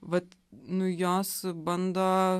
vat nu jos bando